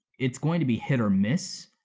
it's going to be hit or miss,